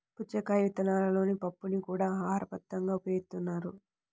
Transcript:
పుచ్చకాయ విత్తనాలలోని పప్పుని కూడా ఆహారపదార్థంగా ఉపయోగిస్తారు